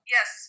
Yes